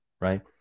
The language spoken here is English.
right